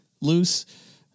loose